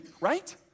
Right